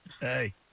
Hey